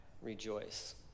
Rejoice